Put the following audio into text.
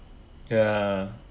ya